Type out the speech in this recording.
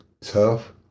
tough